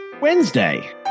Wednesday